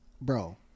bro